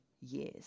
years